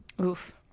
Oof